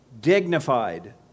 dignified